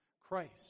Christ